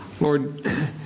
Lord